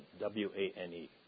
W-A-N-E